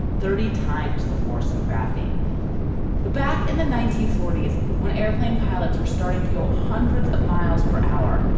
thirty times the force of gravity back in the nineteen forty s when airplane pilots were starting to go hundreds of miles per hour.